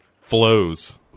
flows